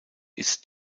ist